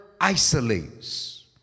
isolates